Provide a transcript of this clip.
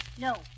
No